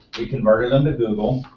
we converted them to google.